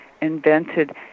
invented